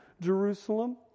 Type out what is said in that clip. Jerusalem